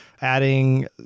adding